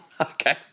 Okay